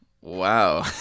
Wow